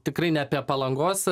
tikrai ne apie palangos